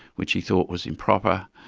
which he thought was improper,